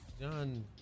John